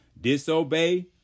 disobey